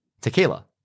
Tequila